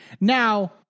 Now